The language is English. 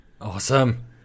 Awesome